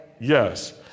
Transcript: Yes